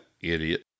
idiot